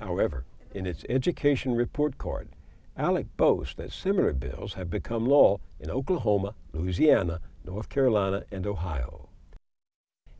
however in its educational report card i only post this similar bills have become law in oklahoma luciana north carolina and ohio